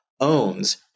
owns